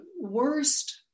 worst